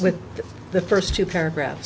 with the first two paragraph